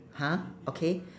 ha okay